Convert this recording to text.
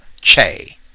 che